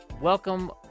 welcome